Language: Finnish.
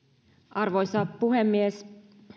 arvoisa puhemies